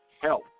health